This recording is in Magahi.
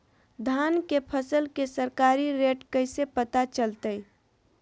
धान के फसल के सरकारी रेट कैसे पता चलताय?